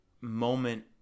moment